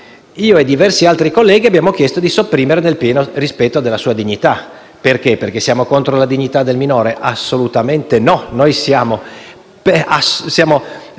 Io e diversi altri colleghi abbiamo chiesto di sopprimere le parole: «nel pieno rispetto della sua dignità ». Lo abbiamo fatto perché siamo contro la dignità del minore? Assolutamente no. Noi siamo